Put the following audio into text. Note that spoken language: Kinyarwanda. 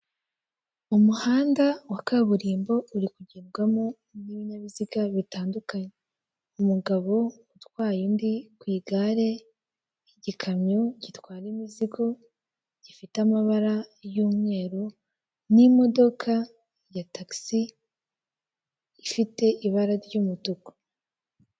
Umuhanda wa kaburimbo uri kugerwamo n'ibinyabiziga bitandukanye umugabo utwaye undi ku igare, igikamyo gitwara imizigo gifite amabara y'umweru n'imodoka ya tagisi fite ibara ry'umutuku.